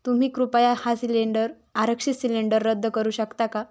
तुम्ही कृपया हा सिलेंडर आरक्षित सिलेंडर रद्द करू शकता का